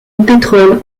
pétrole